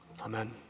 Amen